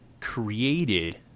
created